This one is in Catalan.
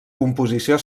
composició